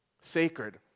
Sacred